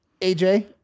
AJ